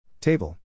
Table